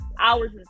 Hours